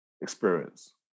experience